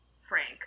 Frank